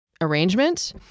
arrangement